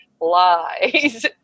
lies